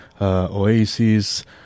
Oasis